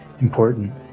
important